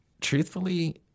truthfully